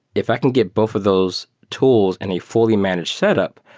if i can get both of those tools and a fully managed set up,